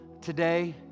today